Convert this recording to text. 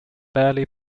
badly